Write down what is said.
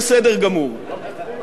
לא כגמולך,